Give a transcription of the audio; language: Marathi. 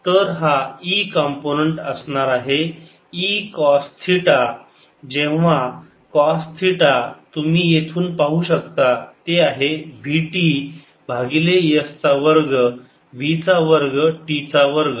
तर हा E कॉम्पोनन्ट असणार आहे E कॉस थिटा जेव्हा कॉस थिटा तुम्ही येथून पाहू शकता ते आहे v t भागिले s चा वर्ग v चा वर्ग t चा वर्ग